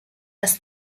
das